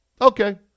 Okay